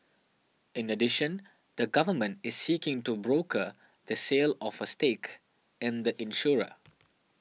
in addition the government is seeking to broker the sale of a stake in the insurer